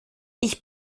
ich